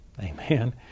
Amen